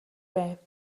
байв